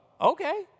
okay